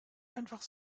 einfach